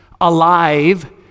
alive